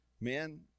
Men